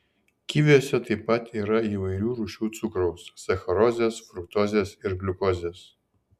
kiviuose taip pat yra įvairių rūšių cukraus sacharozės fruktozės ir gliukozės